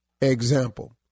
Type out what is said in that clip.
Example